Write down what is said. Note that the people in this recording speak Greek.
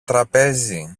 τραπέζι